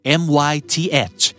myth